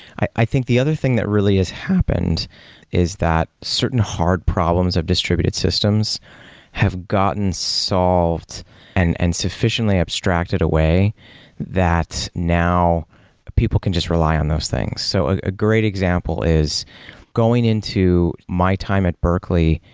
i i think the other thing that really has happened is that certain hard problems of distributed systems have gotten solved and and sufficiently abstracted away that now people can just rely on those things. so a great example is going into my time at berkeley,